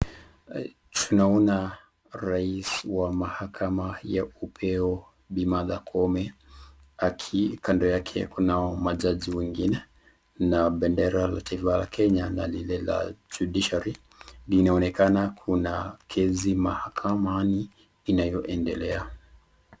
Tunaona rais wa mahakama ya upeo bi Martha Koome. Kando yake kuna majaji wengine na bendera la taifa la Kenya na lile la Judiciary na inaonekana kuna kesi mahakamani inayoendelea.